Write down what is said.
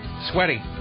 sweaty